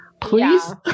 Please